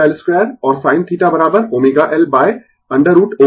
और sin θω L √ over R 2ω L 2